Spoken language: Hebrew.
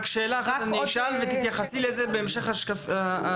רק שאלה אחת אני אשאל ותתייחסי לזה בהמשך השקף.